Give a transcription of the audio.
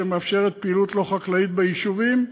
שמאפשרת פעילות לא חקלאית ביישובים?